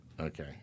Okay